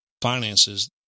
finances